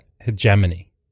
hegemony